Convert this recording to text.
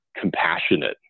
compassionate